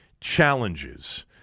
challenges